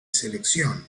selección